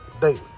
daily